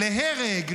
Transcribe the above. להרג,